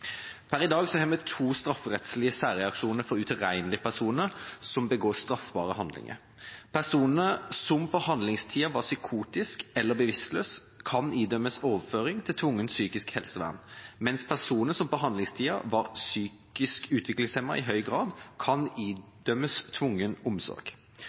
Per i dag har vi to strafferettslige særreaksjoner for utilregnelige personer som begår straffbare handlinger. Personer som på handlingstida var psykotiske eller bevisstløse, kan idømmes overføring til tvungent psykisk helsevern, mens personer som på handlingstida var psykisk utviklingshemmet i høy grad, kan idømmes tvungen omsorg.